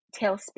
tailspin